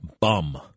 bum